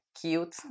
cute